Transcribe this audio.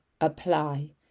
apply